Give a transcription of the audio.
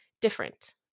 different